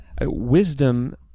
wisdom